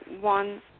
one